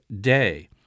day